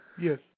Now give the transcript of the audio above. Yes